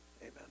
Amen